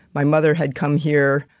my mother had come here.